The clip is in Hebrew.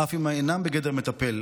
אף אם אינם בגדר מטפל,